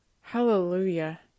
Hallelujah